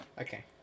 Okay